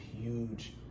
huge